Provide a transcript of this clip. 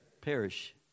perish